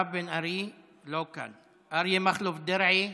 מירב בן ארי, לא כאן, אריה מכלוף דרעי,